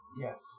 Yes